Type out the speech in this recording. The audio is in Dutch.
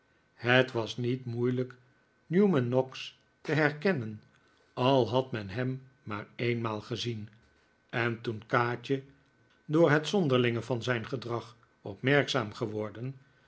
het was niet moeilijk newman noggs te herkennen al had men hem maar eenmaal gezien en toen kaatje door het zonderlinge van zijn gedrag opmerkzaam geworden